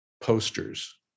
posters